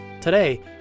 Today